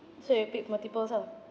so you pick multiples ah